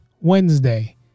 Wednesday